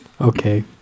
Okay